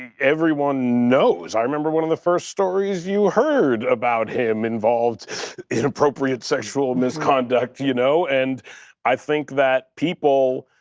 everyone knows. i remember one of the first stories you heard about him involved inappropriate sexual misconduct, you know? and i think that people,